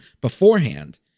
beforehand